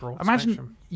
imagine